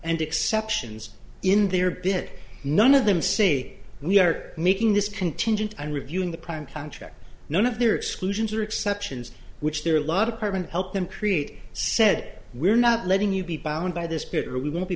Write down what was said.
and exceptions in their bid none of them say we're making this contingent on reviewing the prime contract none of their exclusions are exceptions which there are a lot of permanent help them create said we're not letting you be bound by this bit we won't be